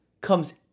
comes